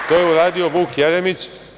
To je uradio Vuk Jeremić.